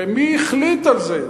הרי מי החליט על זה?